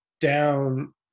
down